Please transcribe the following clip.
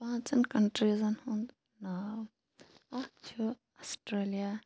پانٛژَن کَنٹِریٖزَن ہُنٛد ناو اَکھ چھُ اَسٹرٛیلِیا